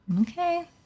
Okay